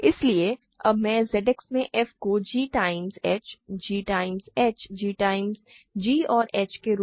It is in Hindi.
इसलिए अब मैं Z X में f को g times h g times h g और h के रूप में लिखने जा रहा हूं